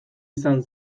izan